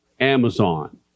Amazon